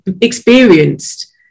experienced